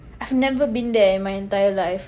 I've never been there my entire life